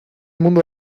mundo